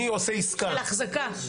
אני עושה עסקה --- של החזקה.